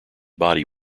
body